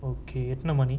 okay எத்தின மணி:ethina mani